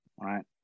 Right